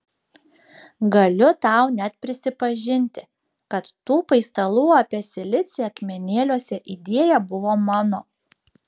galiu tau net prisipažinti kad tų paistalų apie silicį akmenėliuose idėja buvo mano